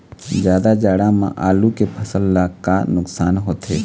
जादा जाड़ा म आलू के फसल ला का नुकसान होथे?